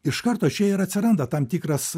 iš karto čia ir atsiranda tam tikras